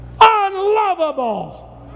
unlovable